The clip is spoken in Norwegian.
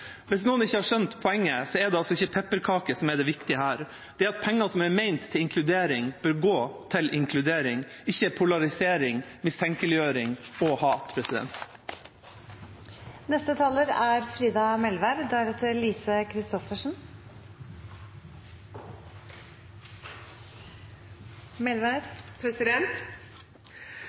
Hvis noen ikke har skjønt poenget, er det altså ikke pepperkaker som er det viktige her. Det er at penger som er ment til inkludering, bør gå til inkludering, ikke til polarisering, mistenkeliggjøring og hat. Eg kan forsikre representanten Aasen-Svensrud om at høyrselen min er